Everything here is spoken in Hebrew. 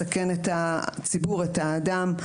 מסכן את הציבור ואת האדם,